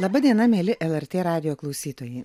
laba diena mieli lrt radijo klausytojai